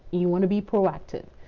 you want to be proactive.